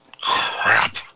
crap